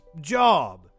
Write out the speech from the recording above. job